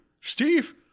Steve